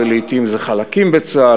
ולעתים זה חלקים בצה"ל,